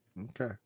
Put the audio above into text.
okay